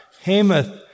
Hamath